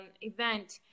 event